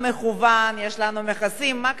המועצות הדתיות לא מקוונות?